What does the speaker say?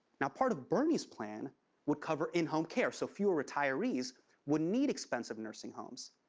now, part of bernie's plan would cover in-home care. so, fewer retirees would need expensive nursing homes.